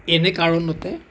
এনে কাৰণতে